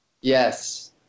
Yes